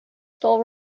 still